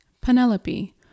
Penelope